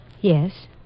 Yes